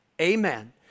amen